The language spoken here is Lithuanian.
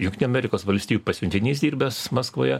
jungtinių amerikos valstijų pasiuntinys dirbęs maskvoje